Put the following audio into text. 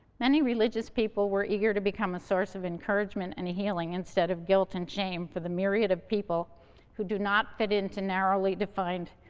many religious people were eager to become a source of encouragement and healing, instead of guilt and shame, for the myriad of people who do not fit into narrowly defined,